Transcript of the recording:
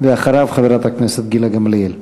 אחריו, חברת הכנסת גילה גמליאל.